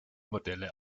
modelle